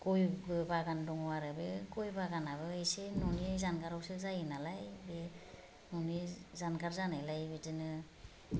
गयबो बागान दङ आरो बे गय बागानाबो एसे न'नि जानगारावसो जायो नालाय बे न'नि जानगार जानायलाय बिदिनो